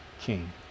king